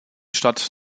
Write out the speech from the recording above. stadt